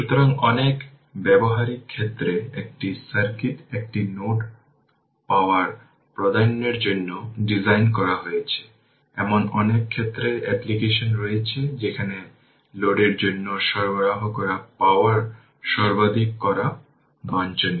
সুতরাং অনেক ব্যবহারিক ক্ষেত্রে একটি সার্কিট একটি লোড পাওয়ার প্রদানের জন্য ডিজাইন করা হয়েছে এমন অনেক ক্ষেত্রে অ্যাপ্লিকেশন রয়েছে যেখানে লোডের জন্য সরবরাহ করা পাওয়ার সর্বাধিক করা বাঞ্ছনীয়